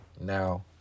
Now